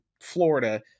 Florida